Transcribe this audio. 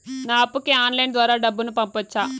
నా అప్పుకి ఆన్లైన్ ద్వారా డబ్బును పంపొచ్చా